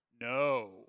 No